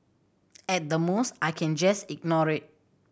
at the most I can just ignore it